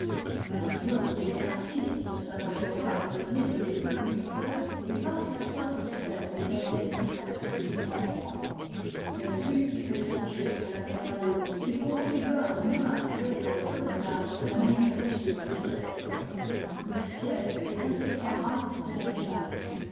maintenon et saint-cyr qui ne s'attendait pas à devenir une école militaire évoquent la coiffe austère de la vieille maîtresse du grand roi bellevue fait songer à la pompadour qui contribua du moins à créer dans le voisinage la manufacture de sèvres louveciennes est inséparable de la du barry